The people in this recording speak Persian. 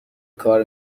کار